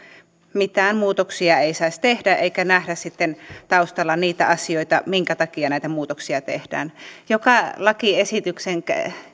mitään muutoksia ei saisi tehdä eikä nähdä sitten taustalla niitä asioita minkä takia näitä muutoksia tehdään joka lakiesityksen